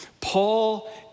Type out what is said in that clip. Paul